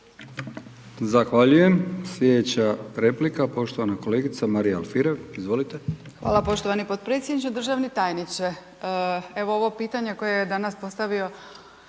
Zahvaljujem. Slijedeća replika poštovana kolegica Marija Alfirev, izvolite. **Alfirev, Marija (SDP)** Hvala poštovani potpredsjedniče. Državni tajniče, evo ovo pitanje koje je danas postavio